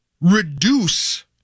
reduce